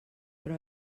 però